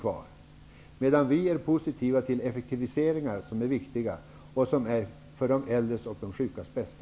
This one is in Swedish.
Vi är däremot positiva till effektiviseringar, eftersom sådana är viktiga och är till för de äldres och de sjukas bästa.